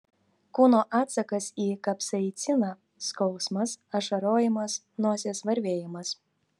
kūno atsakas į kapsaiciną skausmas ašarojimas nosies varvėjimas